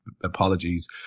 apologies